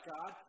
God